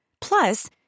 Plus